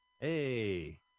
Hey